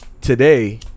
today